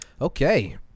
okay